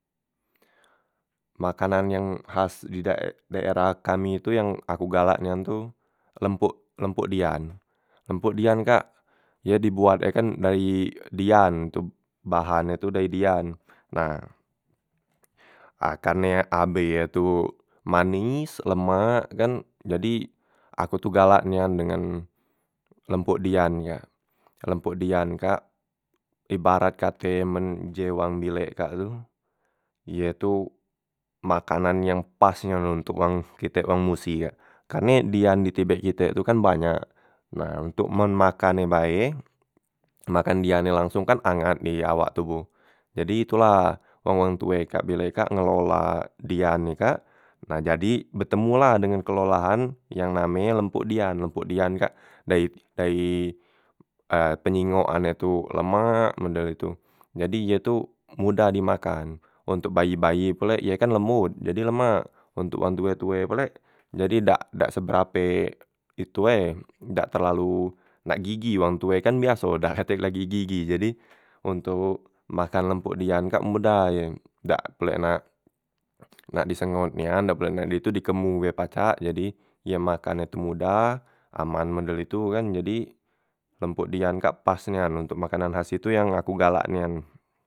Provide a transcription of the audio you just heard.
Makanan yang khas di dae daerah kami tu yang aku galak nian tu lempok lempok dian, lempok dian kak ye diboat e kan dayi dian tob bahan e tu dayi dian, nah a karne abe ye tu manis lemak kan jadi aku tu galak nian dengan lempok dian kak, lempok dian kak ibarat kate men je wang bilek kak tu ye tu makanan yang pas nian ontok wang kitek wang musi kak, karne dian di tibek kitek tu kan banyak, nah ntok men makan e bae makan diannyo langsong kan angat di awak toboh, jadi tu la wong- wong tue kak bile kak ngelola dian e kak, nah jadi betemu la dengan kelolaan yang name e lempok dian, lempok dian kak dayi dayi penyingokan e tu lemak model itu, jadi ye tu modah dimakan ontok bayi- bayi pulek ye kan lemot, jadi lemak ontok wang tue- tue pulek jadi dak dak seberape itu e dak terlalu nak gigi, wong tue kan biaso dak katek lagi gigi, jadi ontok makan lempok dian kak modah ye dak pulek nak nak disengot nian dak pulek nak itu dikemo be pacak, jadi ye makan e tu modah aman model itu kan, jadi lempok dian kak pas nian ntok makanan khas itu yang aku galak nian.